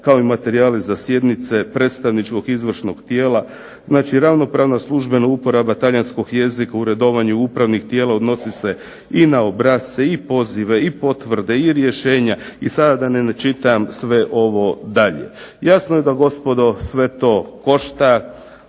kao i materijali za sjednice, predstavničkog izvršnog tijela, znači ravnopravna službena uporaba Talijanskog jezika u uredovanju upravnih tijela odnosi se i na obrasce i pozive i potvrde i rješenja i sada da ne čitam sve ovo dalje. Jasno je da gospodo sve to košta,